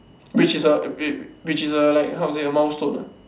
which is a which is a like how to say a milestone ah